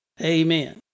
Amen